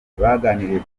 baganiriye